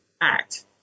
act